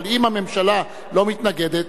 אבל אם הממשלה לא מתנגדת,